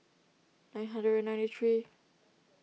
nine hundred and ninety three